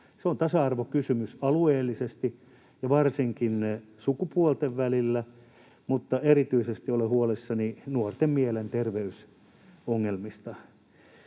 Se on tasa-arvokysymys alueellisesti ja varsinkin sukupuolten välillä, mutta erityisesti olen huolissani nuorten mielenterveysongelmista.